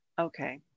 Okay